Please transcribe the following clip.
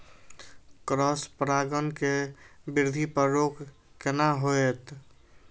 Cross परागण के वृद्धि पर रोक केना होयत?